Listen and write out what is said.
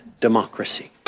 democracy